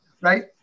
right